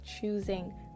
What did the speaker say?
choosing